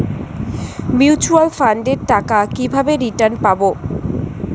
Mutual ফান্ডের টাকা কিভাবে রিটার্ন পাব?